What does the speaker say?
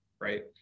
right